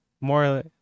more